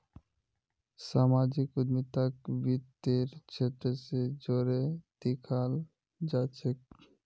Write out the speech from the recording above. सामाजिक उद्यमिताक वित तेर क्षेत्र स जोरे दखाल जा छेक